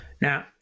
Now